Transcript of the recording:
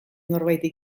norbaiti